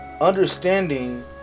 Understanding